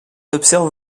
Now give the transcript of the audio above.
observe